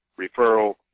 referral